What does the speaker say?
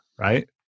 right